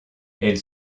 elles